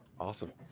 Awesome